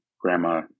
grandma